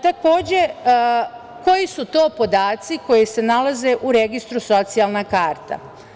Takođe, koji su podaci koji se nalaze u registru socijalna karta?